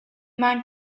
man